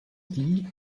die